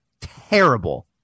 terrible